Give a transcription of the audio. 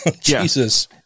Jesus